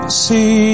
see